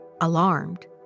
Alarmed